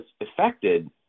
affected